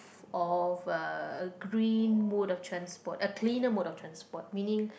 of uh green mode of transport a cleaner mode of transport meaning